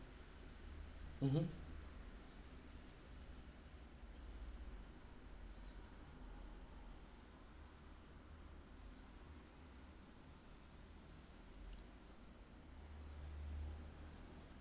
mmhmm